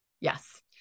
Yes